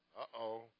Uh-oh